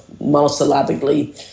monosyllabically